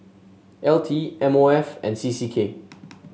L T M O F and C C K